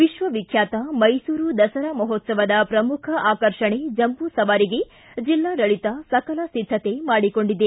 ವಿಕ್ವ ವಿಖ್ಯಾತ ಮೈಸೂರು ದಸರಾ ಮಹೋತ್ಸವದ ಪ್ರಮುಖ ಆಕರ್ಷಣೆ ಜಂಬೂಸವಾರಿಗೆ ಜಿಲ್ಲಾಡಳಿತ ಸಕಲ ಸಿದ್ಧತೆ ಮಾಡಿಕೊಂಡಿದೆ